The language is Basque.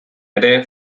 ere